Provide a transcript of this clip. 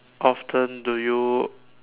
often do you